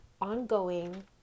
ongoing